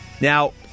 Now